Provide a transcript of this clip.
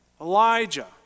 Elijah